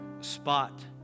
spot